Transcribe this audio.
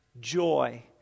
Joy